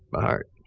by heart.